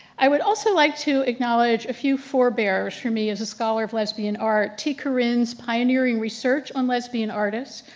i would also like to acknowledge a few forbearers for me as a scholar of lesbian art. t coren's pioneering research on lesbian artist,